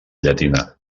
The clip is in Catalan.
llatina